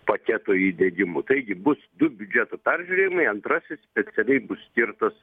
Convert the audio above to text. paketo įdiegimu taigi bus du biudžeto peržiūrėjimai antrasis specialiai bus skirtas